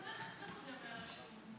גם לקודם היה רשום.